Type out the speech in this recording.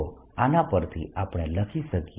તો આના પરથી આપણે લખી શકીએ કે